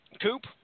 Coop